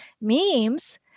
memes